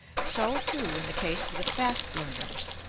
so, too, in the case of the fast learners,